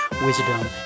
wisdom